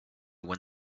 when